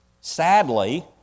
sadly